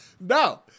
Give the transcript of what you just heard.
no